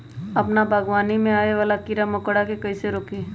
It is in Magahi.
अपना बागवानी में आबे वाला किरा मकोरा के कईसे रोकी?